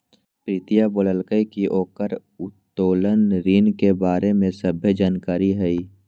प्रीतिया बोललकई कि ओकरा उत्तोलन ऋण के बारे में सभ्भे जानकारी हई